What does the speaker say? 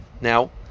now